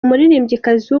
umuririmbyikazi